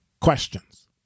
questions